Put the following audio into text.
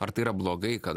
ar tai yra blogai kad